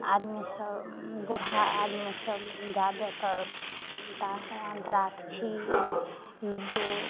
आदमी सब बूढ़ा आदमी सब ज़्यादातर खेलता है अन्तराक्षी लूडो